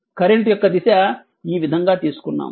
current యొక్క దిశ ఈ విధంగా తీసుకున్నాము